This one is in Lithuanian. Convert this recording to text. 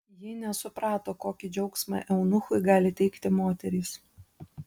ji nesuprato kokį džiaugsmą eunuchui gali teikti moterys